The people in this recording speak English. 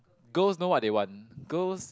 girls know what they want girls